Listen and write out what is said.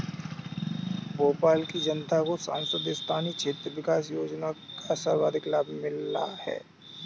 भोपाल की जनता को सांसद स्थानीय क्षेत्र विकास योजना का सर्वाधिक लाभ मिला है